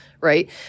right